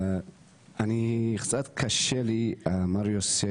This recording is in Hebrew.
אני קצת קשה לי מה מריוסי